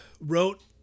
wrote